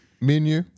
menu